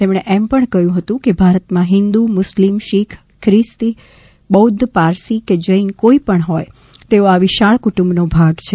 તેમણે એમ પણ કહ્યું હતું કે ભારતમાં હિન્દુ મુસ્લિમ શીખ ખ્રિસ્તી બૌદ્ધ પારસી કે જૈન કોઈ પણ હોય તેઓ આ વિશાળ કુટુંબનો ભાગ છે